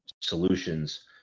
solutions